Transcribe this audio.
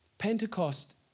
Pentecost